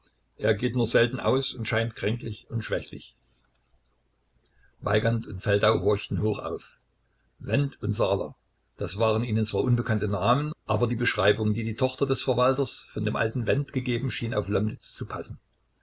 er geht nur selten aus und scheint kränklich und schwächlich weigand und feldau horchten hoch auf wendt und saaler das waren ihnen zwar unbekannte namen aber die beschreibung die die tochter des verwalters von dem alten wendt gegeben schien auf lomnitz zu passen